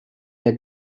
jak